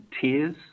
tears